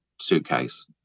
suitcase